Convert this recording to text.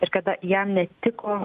ir kada jam netiko